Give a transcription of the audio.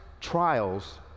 trials